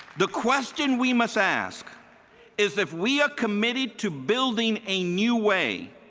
the question we must ask is if we are committed to building a new way,